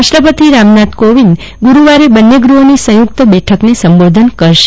રાષ્ટ્રપતિ રામનાથ કોવિંદ ગરૂવારે બંન્ને ગુહ્રોની સં યુક્ત બેઠકને સાંબો ધન કરશે